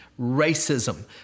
racism